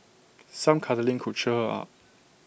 some cuddling could cheer her up